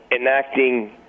enacting